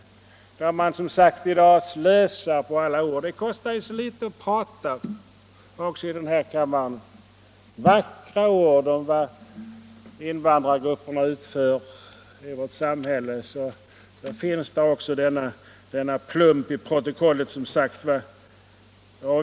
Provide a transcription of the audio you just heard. Fastän man i dag slösar på vackra ord — det kostar så litet att prata, också i denna kammare — om vad invandrargrupperna utför i vårt samhälle, finns det som sagt en plump i protokollet.